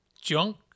junk